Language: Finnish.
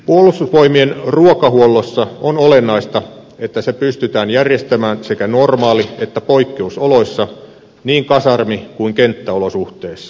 puolustusvoimien ruokahuollossa on olennaista että se pystytään järjestämään sekä normaali että poikkeusoloissa niin kasarmi kuin kenttäolosuhteissa